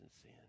sin